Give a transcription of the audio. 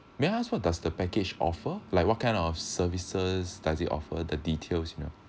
may I ask what does the package offer like what kind of services does it offer the details you know